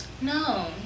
No